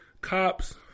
cops